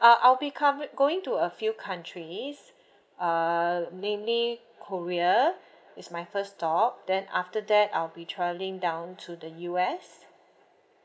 uh I'll be coveri~ going to a few countries err mainly korea it's my first stop then after that I'll be travelling down to the U_S